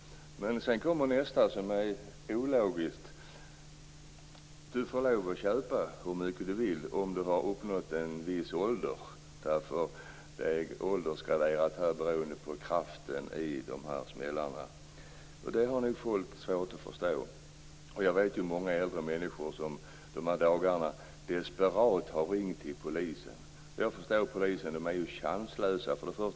Men sedan kommer nästa ologiska sak. Du får lov att köpa hur mycket du vill om du har uppnått en viss ålder. Åldersgraderingen beror på kraften i smällarna. Det har folk svårt att förstå. Jag känner till många äldre människor som under dessa dagar i desperation har ringt till polisen. Jag förstår polisen. De är ju chanslösa.